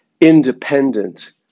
independent